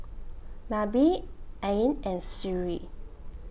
Nabil Ain and Sri